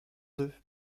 deux